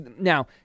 now